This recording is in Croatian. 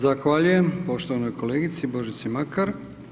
Zahvaljujem, poštovanoj kolegici Božici Makar.